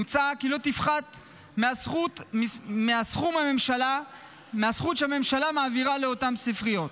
מוצע כי היא לא תפחת מהזכות שהממשלה מעבירה לאותן ספריות.